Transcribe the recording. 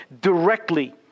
directly